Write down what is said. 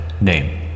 Name